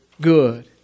good